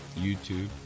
YouTube